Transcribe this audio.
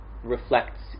reflects